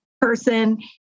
person